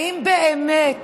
האם באמת